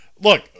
look